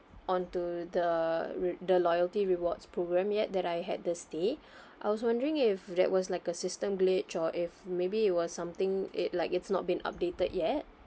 on to the re~ the loyalty rewards program yet that I had the stay I was wondering if that was like a system glitch or if maybe it was something it like it's not being updated yet